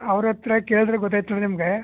ಅವ್ರ ಹತ್ತಿರ ಕೇಳಿದ್ರೆ ಗೊತ್ತಾಯ್ತದೆ ನಿಮಗೆ